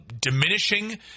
diminishing